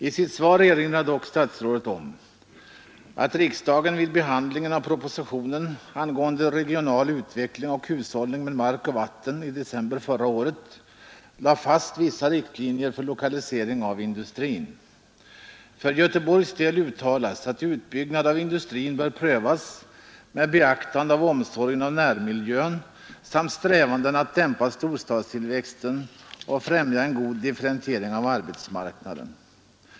I sitt svar erinrar dock statsrådet om att riksdagen vid behandlingen av propositionen angående regional utveckling och hushållning med mark och vatten i december förra året !ade fast vissa riktlinjer för lokalisering av industrin. För Göteborgs del uttalas att utbyggnad av industrin bör prövas med beaktande av omsorgen om närmiljön samt strävandena att dämpa storstadstillväxten och främja en god differentiering av arbetsmarknaden.